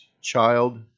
child